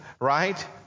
Right